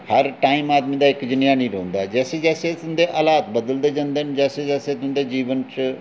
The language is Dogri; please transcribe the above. हर टाइम आदमी दा इक जनेहा निं रौंह्दा ऐ जैसे जैसे तुं'दे हलात बदलदे जंदे न जैसे जैसे तुं'दे जीवन च